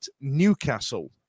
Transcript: Newcastle